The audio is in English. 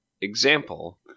example